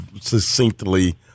succinctly